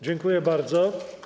Dziękuję bardzo.